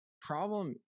problem